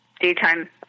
daytime